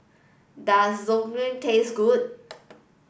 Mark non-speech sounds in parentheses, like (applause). does (unintelligible) taste good